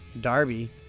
Darby